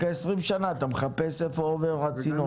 אחרי 20 שנה אתה מחפש איפה עובר הצינור.